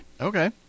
Okay